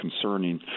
concerning